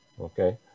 okay